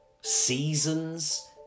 Seasons